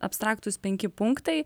abstraktūs penki punktai